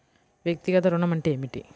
వ్యక్తిగత ఋణం అంటే ఏమిటి?